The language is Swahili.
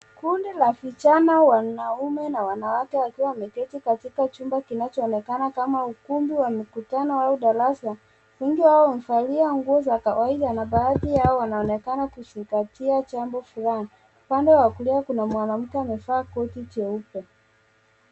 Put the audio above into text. Kundi la vijana; wanaume na wanawake, wakiwa wameketi katika chumba kimoja kikionekana kama ukumbi wa mikutano au dara wengi wao wamevalia mavazi ya kawaida na baadhi yao wanaonekana kuzingatia jambo fulani. Upande wa kulia kuna mwanamke amevaa koti jeupe.